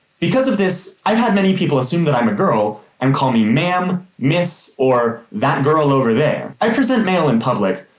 because of this, i've had many people assume i'm a girl and call me ma'am, miss, or that girl over there. i present male in public,